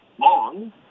long